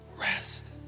Rest